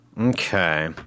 Okay